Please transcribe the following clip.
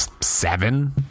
seven